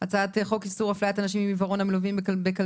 הצעת חוק איסור הפליית אנשים עם עיוורון המלווים בכלבי